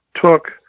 took